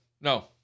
No